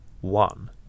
one